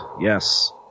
Yes